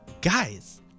guys